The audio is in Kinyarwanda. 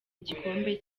igikombe